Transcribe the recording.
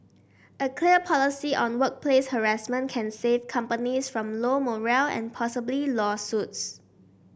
a clear policy on workplace harassment can save companies from low morale and possibly lawsuits